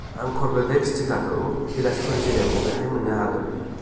आं कर्वेभेक्स टिकाखौ बिलासपुर जिल्लायाव बबेहाय मोननो हागोन